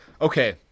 okay